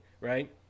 right